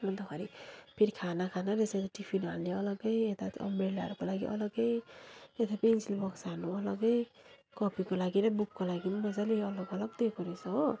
अन्तखेरि फेरी खाना खाना रहेछ टिफिन हाल्ने अलग्गै यता अम्ब्रेलाहरूको लागि अलग्गै यता पेन्सिल बक्स हाल्नु अलग्गै कपिको लागि र बुकको लागि पनि मजाले अलग अलग दिएको रहेछ हो